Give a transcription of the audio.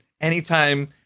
anytime